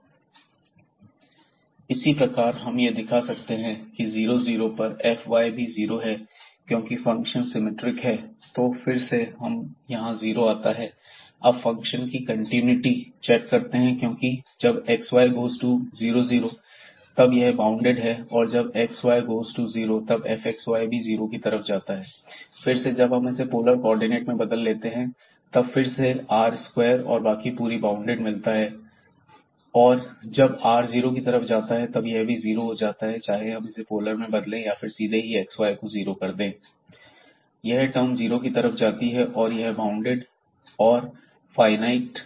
fx00fx0 f00x0 fy00f0y f00y 0 इसी प्रकार हम यह दिखा सकते हैं 00 पर fy भी जीरो है और क्योंकि फंक्शन सिमिट्रिक है तो यह फिर से जीरो आता है अब फंक्शन की कंटिन्यूटी चेक करते हैं क्योंकि जब xy गोज़ टू 00 तब यह बॉउंडेड है और जब xy गोज़ टू जीरो तब fxy भी जीरो की तरफ जाता है फिर से जब हम इसे पोलर कोऑर्डिनेट में बदल लेते हैं तब फिर से यह r स्क्वायर और बाकी पूरी बॉउंडेड मिलता है और जब r 0 की तरफ जाता है तब यह भी जीरो हो जाता है चाहे हम इसे पोलर में बदलकर करें या फिर सीधे ही xy को जीरो कर दें x2y2cos 1x2y2 0f00 यह टर्म जीरो की तरफ जाती है और यह बॉउंडेड और साइनाइड